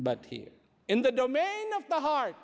but here in the domain of the heart